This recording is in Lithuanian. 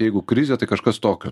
jeigu krizė tai kažkas tokio